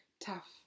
tough